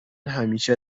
همیشه